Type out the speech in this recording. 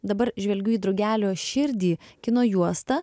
dabar žvelgiu į drugelio širdį kino juostą